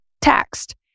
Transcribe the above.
taxed